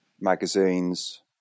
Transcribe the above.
magazines